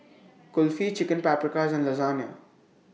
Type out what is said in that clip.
Kulfi Chicken Paprikas and Lasagna